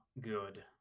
good